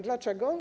Dlaczego?